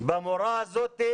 במורה הזאת.